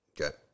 Okay